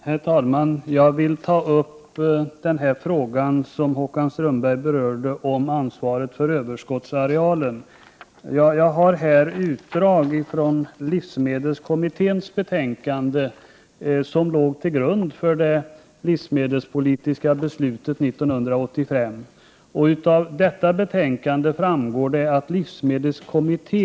Herr talman! Jag vill ta upp den av Håkan Strömberg berörda frågan om ansvaret för överskottsarealen. Jag har här i min hand utdrag ur livsmedelskommitténs betänkande, vilket låg till grund för det livsmedelspolitiska beslutet 1985. Av detta betänkande framgår att livsmedelskommittén Prot.